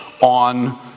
on